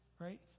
right